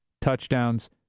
touchdowns